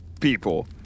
people